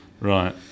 Right